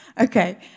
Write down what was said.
Okay